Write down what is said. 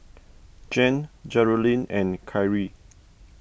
Jan Jerilynn and Khiry